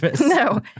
No